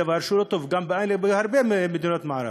זה דבר שהוא לא טוב גם בהרבה מדינות מערביות.